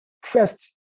first